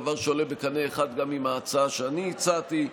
דבר שעולה בקנה אחד גם עם ההצעה שאני הצעתי,